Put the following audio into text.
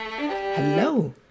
Hello